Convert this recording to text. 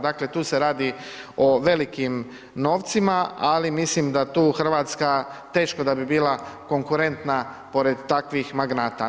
Dakle, tu se radi o velikim novcima, ali mislim da tu Hrvatska teško da bi bila konkurentna pored takvih magnata.